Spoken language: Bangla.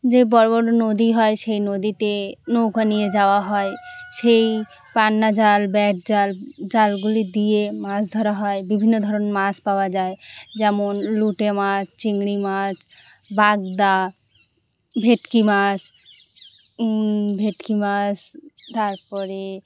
যে বড় বড় নদী হয় সেই নদীতে নৌকা নিয়ে যাওয়া হয় সেই পান্নাজাল ব্যাটজাল জালগুলি দিয়ে মাছ ধরা হয় বিভিন্ন ধরনের মাছ পাওয়া যায় যেমন লোটে মাছ চিংড়ি মাছ বাগদা ভেটকি মাছ ভেটকি মাছ তার পরে